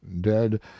dead